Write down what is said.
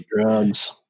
drugs